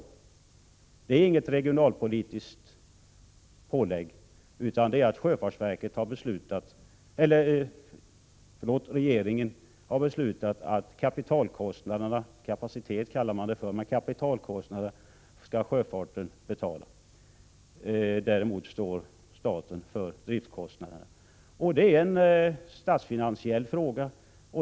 Detta är inget regionalpolitiskt pålägg, utan regeringen har beslutat att kapitalkostnaderna — kapaciteten kallar man det — skall betalas av sjöfarten. Däremot står staten för driftkostnaderna. Detta är en statsfinansiell fråga.